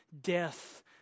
Death